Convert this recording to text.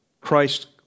christ